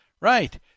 Right